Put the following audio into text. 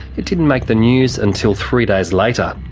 it didn't make the news until three days later.